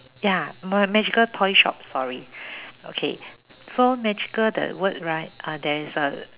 ya m~ magical toy shop sorry okay so magical the word right uh there is a